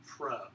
Pro